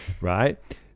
right